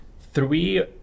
three